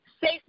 Safe